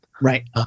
right